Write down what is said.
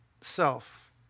self